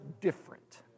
different